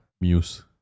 Muse